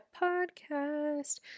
podcast